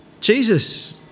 Jesus